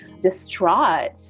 distraught